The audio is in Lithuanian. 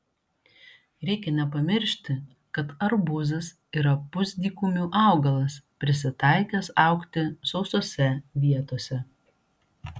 reikia nepamiršti kad arbūzas yra pusdykumių augalas prisitaikęs augti sausose vietose